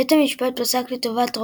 בית המשפט פסק לטובת רולינג,